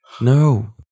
No